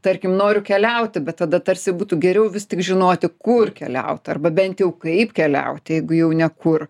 tarkim noriu keliauti bet tada tarsi būtų geriau vis tik žinoti kur keliaut arba bent jau kaip keliaut jeigu jau ne kur